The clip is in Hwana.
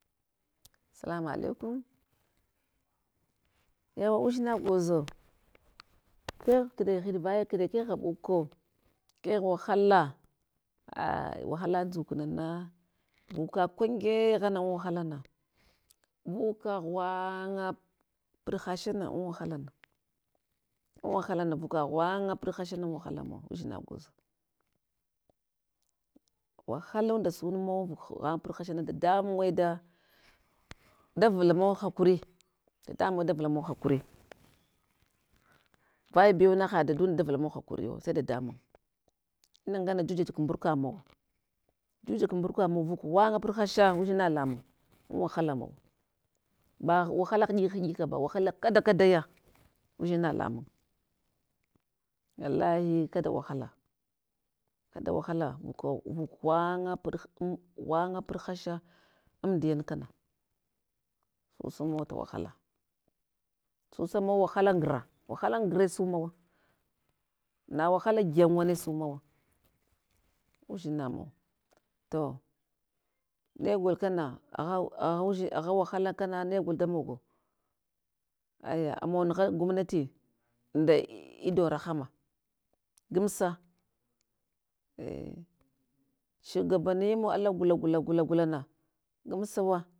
Salamalaikum yawa udzina gwozo, kegh kne hin vaya kne, kegh ghaɗuko, kegh wahala ai wahala ndzuk nana vuka kwangyehana an wahalana, vuka ghwanga puɗ hashana an wahalana, an wahalana vuka ghwanga puɗ hashana an wahalana, an wahalana mauva udzina gwoz, wahalunda sunawa vuk ghwanga buɗ hashana dadamunye da davulama hakuri, dadamunye davulama hakuri vaya bewna hadadunda davulama hakuriyo, sai dadamun inagane jujaj kmɗurka mawa, jujak mɗurka mawa vuk ghwanga buɗ hasha, udzina lamung an wahala mau, ba wahala hiɗik hiɗika ba, wahala kada kadaya, udzina lamung. Wallahi kada wahala, kada wahala vuka vuk ghuvanga buɗ hkn, ghwanga buɗ hasha, amdiyal kana sisa maivat wahala, susamawa wahala ngra, wahala ngre sumawa na wahala gyanwane sumawa, udzinamau. To negol kana aghas agha udzin agha wahala kana negol damogo, aya ama nugha gwamnati nda idon rahma, gamsa ei shugabaninu ala gula, gula, gula, gulana gamsawa.